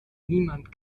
niemand